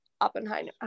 Oppenheimer